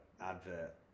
advert